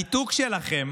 הניתוק שלכם